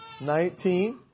nineteen